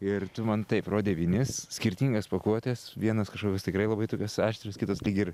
ir tu man taip rodei vinis skirtingas pakuotes vienos kažkokios tikrai labai tokios aštrios kitos lyg ir